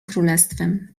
królestwem